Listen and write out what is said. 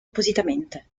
appositamente